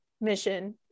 mission